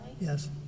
Yes